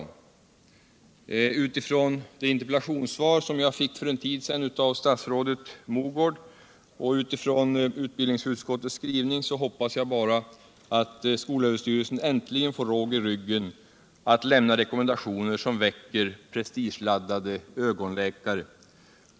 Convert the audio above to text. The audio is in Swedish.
Utifrån det interpellationssvar jag fick för en tid sedan av statsrådet Mogård och utbildningsutskottets skrivning hoppas jag bara att skolöverstyrelsen äntligen får råg i ryggen att lämna rekommendationer som väcker prestigeladdade ögonläkare.